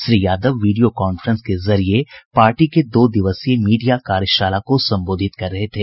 Shri Yadav video conference के जरिये पार्टी के दो दिवसीय मीडिया कार्यशाला को संबोधित कर रहे थे